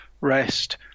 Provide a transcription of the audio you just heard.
rest